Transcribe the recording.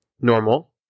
Normal